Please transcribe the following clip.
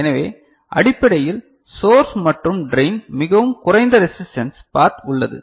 எனவே அடிப்படையில் சோர்ஸ் மற்றும் ட்ரைன் மிகவும் குறைந்த ரெஸிஸ்டன்ஸ் பாத் உள்ளது